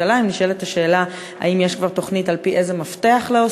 נשאלת השאלה: האם יש כבר תוכנית על-פי איזה מפתח להוסיף,